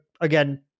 again